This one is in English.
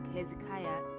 Hezekiah